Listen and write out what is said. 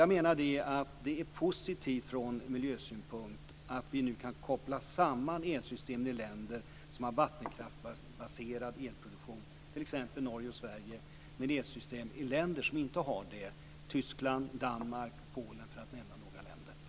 Jag menar att det är positivt från miljösynpunkt att vi nu kan koppla samman elsystemen i länder som har vattenkraftbaserad elproduktion, t.ex. Norge och Sverige, med elsystem i länder som inte har det, t.ex. Tyskland, Danmark och Polen, för att nämna några länder.